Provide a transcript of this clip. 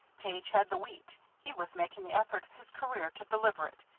page had the wheat, he was making the effort of his career to deliver it,